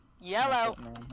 Yellow